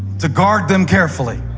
to guard them carefully.